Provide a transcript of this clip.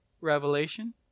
revelation